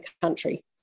country